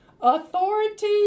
Authority